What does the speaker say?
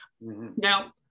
now